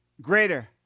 greater